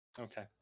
Okay